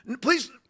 Please